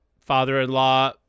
father-in-law